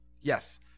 Yes